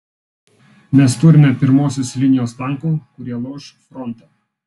mes turime pirmosios linijos tankų kurie lauš frontą